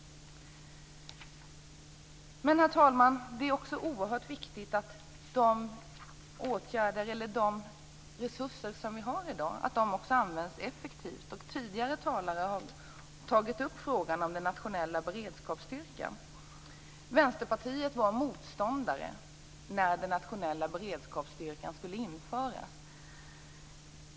Herr talman! Det är också oerhört viktigt att de åtgärder eller resurser som vi har i dag används effektivt. Tidigare talare har tagit upp frågan om den nationella beredskapsstyrkan. Vänsterpartiet var motståndare till den nationella beredskapsstyrkan när den skulle införas.